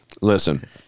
Listen